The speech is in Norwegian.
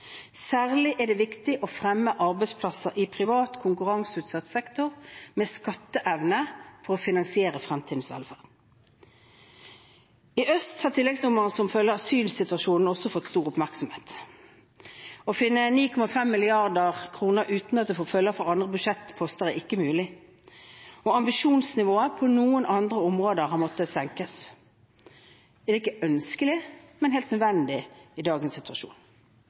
Særlig er det viktig å fremme arbeidsplasser i privat, konkurranseutsatt sektor med skatteevne, for å finansiere fremtidens velferd. I høst har tilleggsnummeret som følge av asylsituasjonen også fått stor oppmerksomhet. Å finne 9,5 mrd. kr uten at det får følge for andre budsjettposter, er ikke mulig, og ambisjonsnivået på noen andre områder har måttet senkes. Det er ikke ønskelig, men helt nødvendig i dagens situasjon.